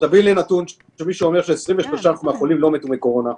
תביאי לי נתון של מי שאומר ש-23 מהחולים לא מתים מקורונה.